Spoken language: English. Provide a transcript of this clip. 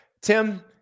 Tim